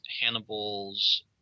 Hannibal's